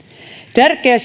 tärkeä